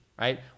right